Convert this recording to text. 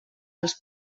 els